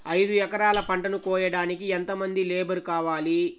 ఐదు ఎకరాల పంటను కోయడానికి యెంత మంది లేబరు కావాలి?